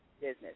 business